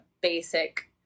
basic